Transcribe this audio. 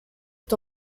est